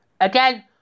Again